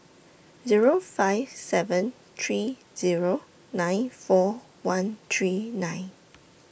Zero five seven three Zero nine four one three nine